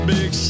Big